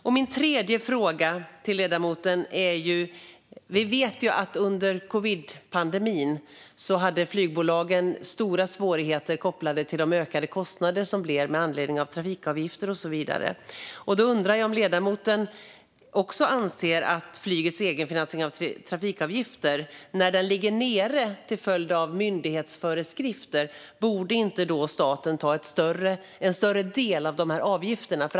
Vi vet att flygbolagen under covidpandemin hade stora svårigheter kopplade till de ökade kostnader som uppstod på grund av trafikavgifterna och så vidare. Anser ledamoten att staten borde ta en större del av avgifterna när flygets egenfinansiering av trafikavgifter ligger nere på grund av myndighetsföreskrifter?